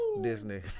Disney